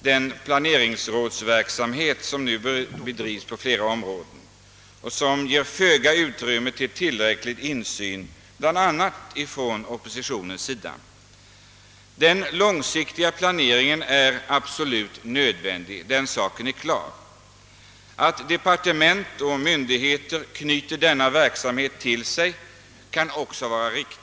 den planeringsrådsverksamhet som nu bedrivs på flera områden och som ger föga utrymme för tillräcklig insyn från bl.a. oppositionens sida. Den långsiktiga planeringen är absolut nödvändig — den saken är klar. Att departement och myndigheter knyter denna verksamhet till sig är riktigt.